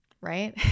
right